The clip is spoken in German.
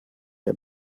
der